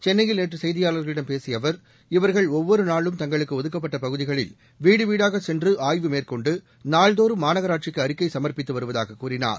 சென்னையில் நேற்று செய்தியாளர்களிடம் பேசிய அவர் இவர்கள் ஒவ்வொரு நாளும் தங்களுக்கு ஒதுக்கப்பட்ட பகுதிகளில் வீடு வீடாக சென்று ஆய்வு மேற்கொண்டு நாள்தோறும் மாநகராட்சிக்கு அறிக்கை சமர்ப்பித்து வருவதாக கூறினார்